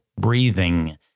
breathing